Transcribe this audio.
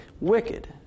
wicked